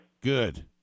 Good